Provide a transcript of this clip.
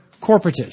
corporatist